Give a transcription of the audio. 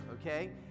okay